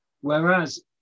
Whereas